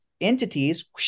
entities